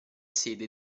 sede